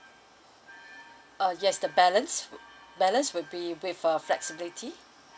uh yes the balance balance will be with uh flexibility